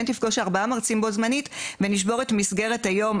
יפגוש ארבעה מרצים בו זמנית ונשבור את מסגרת היום,